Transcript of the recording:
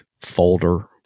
folder